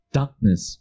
darkness